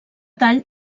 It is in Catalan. tall